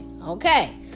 Okay